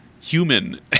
human